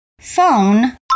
Phone